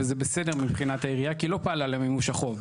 וזה בסדר מבחינת העירייה כי היא לא פעלה למימוש החוב.